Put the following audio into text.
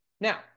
now